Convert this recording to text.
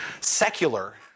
secular